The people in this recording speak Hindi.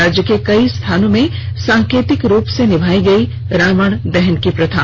राज्य के कई स्थानों में सांकेतिक रुप से निभाई गई रावण दहन की प्रथा